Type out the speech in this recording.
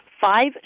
Five